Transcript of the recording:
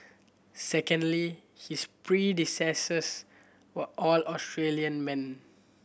secondly his predecessors were all Australian men